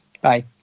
Bye